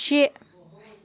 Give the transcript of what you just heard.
شےٚ